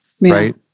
right